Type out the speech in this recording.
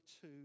two